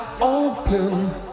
open